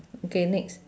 okay next